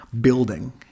building